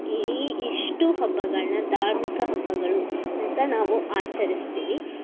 ಈ ಇಷ್ಟು ಹಬ್ಬಗಳನ್ನು ಧಾರ್ಮಿಕ ಹಬ್ಬಗಳು ಅಂತ ನಾವು ಆಚರಿಸ್ತೀವಿ